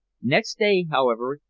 next day, however,